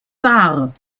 bahr